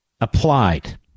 applied